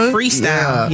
Freestyle